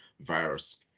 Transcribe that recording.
virus